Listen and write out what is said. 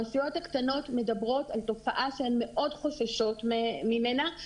הרשויות הקטנות מדברות על תופעה שהן מאוד חוששות ממנה,